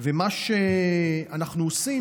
מה שאנחנו עושים,